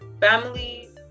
family